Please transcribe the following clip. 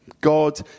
God